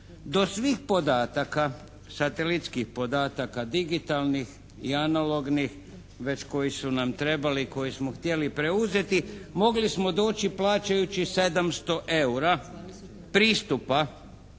do svih podataka, satelitskih podataka, digitalnih i analognih već koji su nam trebali i koje smo htjeli preuzeti mogli smo doći i plaćajući 700 EUR-a pristupa